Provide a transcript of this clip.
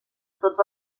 tots